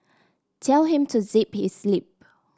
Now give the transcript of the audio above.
tell him to zip his lip